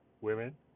women